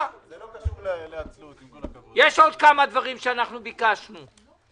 אני עוד צריכה לעמוד למשפט בתחילת נובמבר על 82,000 שקלים.